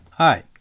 Hi